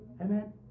Amen